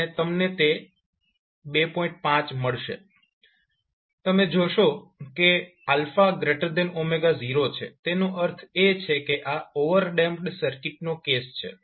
અહીં તમે જોશો કે 0 છે તેનો અર્થ એ છે કે આ ઓવરડેમ્પ્ડ સર્કિટનો કેસ છે